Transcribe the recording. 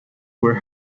were